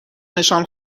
نشان